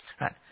Right